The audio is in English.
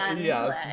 yes